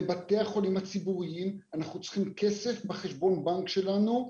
בבתי החולים הציבוריים אנחנו צריכים כסף בחשבון הבנק שלנו,